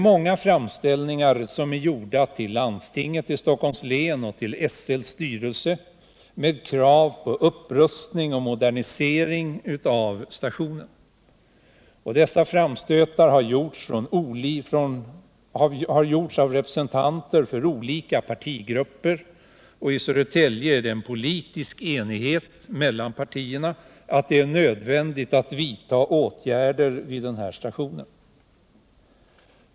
Många framställningar har gjorts till Stockholms läns landsting och SL:s styrelse med krav på upprustning och modernisering av stationerna. Dessa framstötar har gjorts av representanter för olika partigrupper, och i Södertälje är det politisk enighet mellan partierna om att det är nödvändigt att vidta åtgärder vid den här stationen.